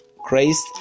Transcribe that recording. Christ